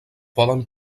poden